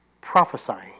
prophesying